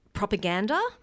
Propaganda